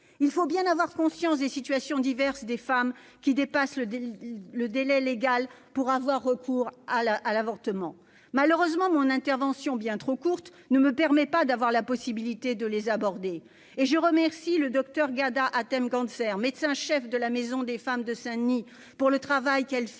Il faut bien avoir conscience de la diversité des situations des femmes qui dépassent le délai légal pour avoir recours à l'avortement. Malheureusement, mon intervention, bien trop courte, ne me donne pas la possibilité de les aborder. Je remercie le docteur Ghada Hatem-Gantzer, médecin-cheffe de la Maison des femmes de Saint-Denis, pour le travail qu'elle réalise